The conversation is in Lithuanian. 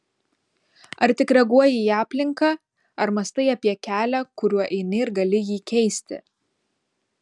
ar tik reaguoji į aplinką ar mąstai apie kelią kuriuo eini ir gali jį keisti